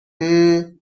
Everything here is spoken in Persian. هومممم